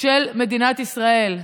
במדינת ישראל.